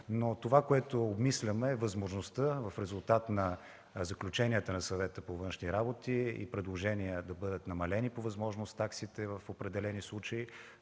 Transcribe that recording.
Но това, което обмисляме, е възможността в резултат на заключенията на Съвета по външни работи и предложения да бъдат намалени по възможност таксите в определени случаи,